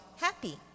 happy